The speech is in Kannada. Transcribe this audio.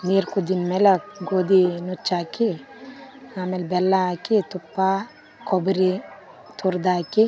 ನೀರು ಕುದ್ದಿನ ಮೇಲೆ ಆ ಗೋಧಿ ನುಚ್ಚು ಹಾಕಿ ಆಮೇಲೆ ಬೆಲ್ಲ ಹಾಕಿ ತುಪ್ಪ ಕೊಬ್ಬರಿ ತುರ್ದು ಹಾಕಿ